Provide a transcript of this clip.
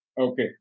Okay